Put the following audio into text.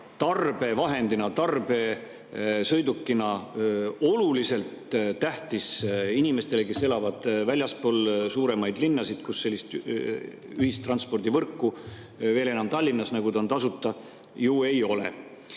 tarbevahendina, tarbesõidukina kindlasti tähtis inimestele, kes elavad väljaspool suuremaid linnasid, kus sellist ühistranspordivõrku – veel enam, Tallinnas on see ühistransport tasuta – ju ei ole. Nüüd